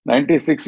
96